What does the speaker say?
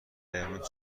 امروز